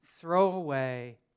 throwaway